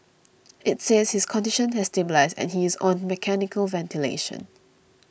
it says his condition has stabilised and he is on mechanical ventilation